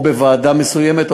או בוועדה מסוימת,